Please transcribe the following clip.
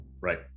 Right